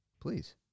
Please